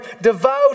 devout